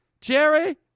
Jerry